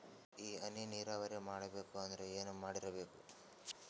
ಈ ಹನಿ ನೀರಾವರಿ ಮಾಡಬೇಕು ಅಂದ್ರ ಏನ್ ಮಾಡಿರಬೇಕು?